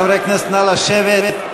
חברי הכנסת, נא לשבת.